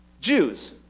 Jews